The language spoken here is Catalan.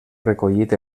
recollit